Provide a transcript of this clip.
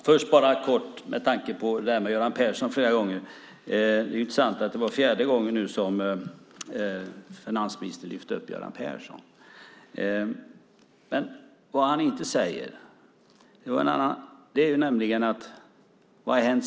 Herr talman! Det är intressant att höra finansministern för fjärde gången lyfta upp Göran Persson i debatten. Det han emellertid inte tar upp är vad som hänt sedan den tidigare nämnda boken publicerades.